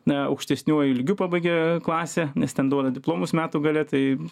na aukštesniuoju lygiu pabaigė klasę nes ten duoda diplomus metų gale tai